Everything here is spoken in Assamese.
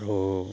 আৰু